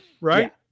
right